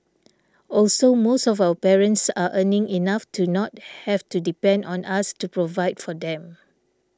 also most of our parents are earning enough to not have to depend on us to provide for them